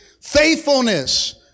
Faithfulness